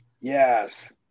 yes